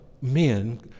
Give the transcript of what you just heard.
men